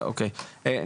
אוקי,